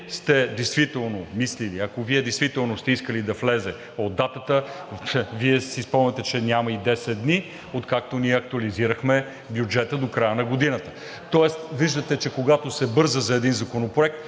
мислили действително, ако сте искали да влезе от датата, спомняте си, че няма и 10 дни, откакто актуализирахме бюджета до края на годината, тоест виждате, че когато се бърза за един законопроект,